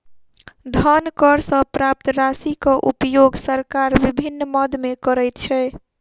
धन कर सॅ प्राप्त राशिक उपयोग सरकार विभिन्न मद मे करैत छै